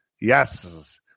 Yes